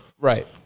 Right